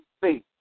faith